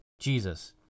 Jesus